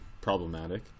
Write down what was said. Problematic